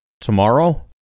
tomorrow